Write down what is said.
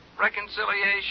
Reconciliation